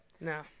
No